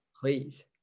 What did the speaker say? please